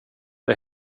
det